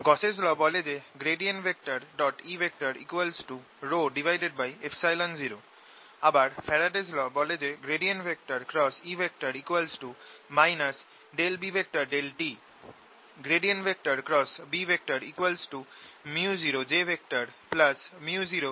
Gauss's law Gausss law বলে যে E 0 আবার ফ্যারাডেস ল Faradays law বলে যে E B∂t